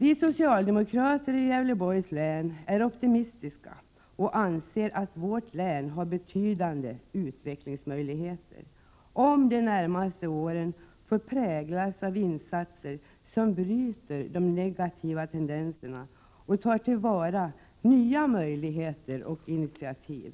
Vi socialdemokrater i Gävleborgs län är optimistiska och anser att vårt län har betydande utvecklingsmöjligheter, om de närmaste åren får präglas av insatser som gör att de negativa tendenserna bryts och nya möjligheter och initiativ